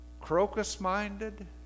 crocus-minded